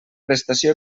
prestació